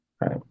Right